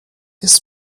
his